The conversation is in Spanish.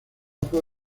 fue